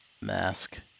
mask